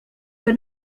que